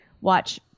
watch